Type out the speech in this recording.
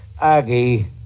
Aggie